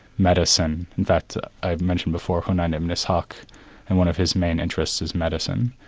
medicine, in fact i mentioned before hunayn ibn ishaq and one of his main interests is medicine.